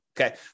okay